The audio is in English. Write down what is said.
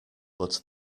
but